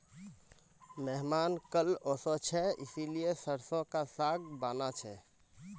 मेहमान कल ओशो छे इसीलिए सरसों का साग बाना छे